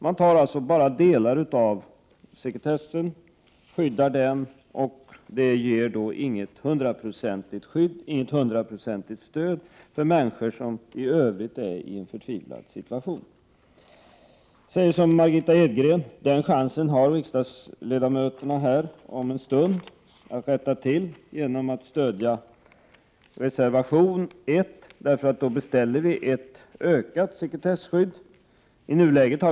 Man antar alltså bara delar av ett sekretesskydd, och den sekretessen ger inte något hundraprocentigt stöd för människor som i övrigt befinner sig i en förtvivlad situation. Jag säger som Margitta Edgren, att riksdagsledamöterna om en stund här har chansen att rätta till detta genom att stödja reservation 1, där vi beställer ett ökat sekretesskydd.